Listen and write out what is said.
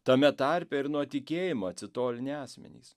tame tarpe ir nuo tikėjimo atsitolinę asmenys